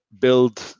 build